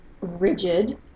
rigid